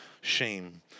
shame